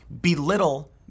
belittle